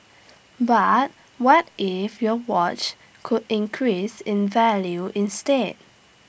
but what if your watch could increase in value instead